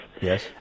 Yes